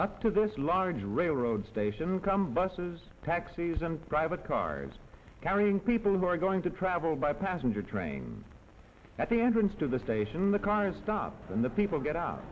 up to this large railroad station come buses taxis and private cars carrying people who are going to travel by passenger train at the entrance to the station the car is stopped and the people get out